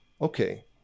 okay